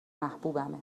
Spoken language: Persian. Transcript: محبوبمه